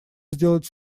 сделать